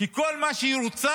כי כל מה שהיא רוצה